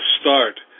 start